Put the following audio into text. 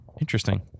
Interesting